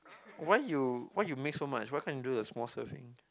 why you why you make so much why can't you do the small serving